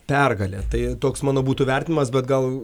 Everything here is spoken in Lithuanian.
pergalė tai toks mano būtų vertinimas bet gal